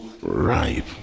ripe